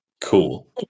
Cool